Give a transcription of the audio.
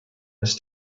his